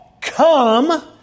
come